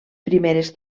primeres